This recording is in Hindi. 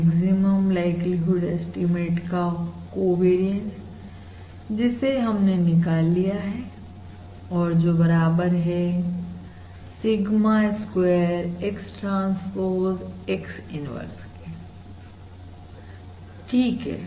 मैक्सिमम लाइक्लीहुड ऐस्टीमेट का कोवेरियंस जिसे हमने निकाल लिया है और जो बराबर है sigma square X transpose X inverse के ठीक है